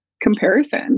comparison